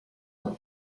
what